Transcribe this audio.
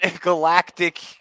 galactic